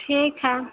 ठीक है